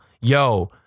yo